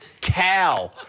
cow